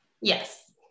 Yes